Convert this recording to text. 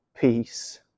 peace